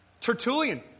Tertullian